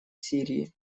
сирии